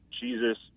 Jesus